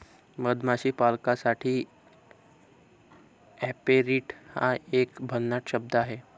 मधमाशी पालकासाठी ऍपेरिट हा एक भन्नाट शब्द आहे